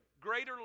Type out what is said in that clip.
greater